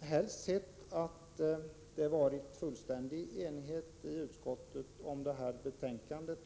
helst sett att det hade rått en fullständig enighet inom utskottet om detta betänkande.